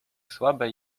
słabe